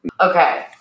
Okay